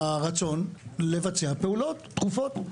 הרצון לבצע פעולות דחופות: